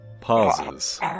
pauses